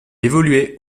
évoluait